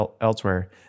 elsewhere